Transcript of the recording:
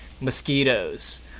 mosquitoes